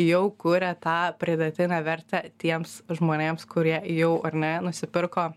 jau kuria tą pridėtinę vertę tiems žmonėms kurie jau ar ne nusipirko